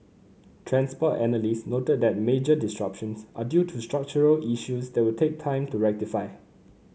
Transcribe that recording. transport analyst noted that major disruptions are due to structural issues that will take time to rectify